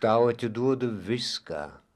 tau atiduodu viską